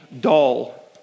dull